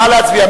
נא להצביע.